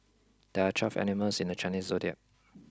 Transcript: there are twelve animals in the Chinese zodiac